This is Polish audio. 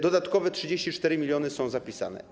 Dodatkowe 34 mln są zapisane.